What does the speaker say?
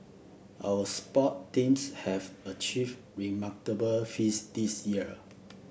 our sport teams have achieved remarkable feats this year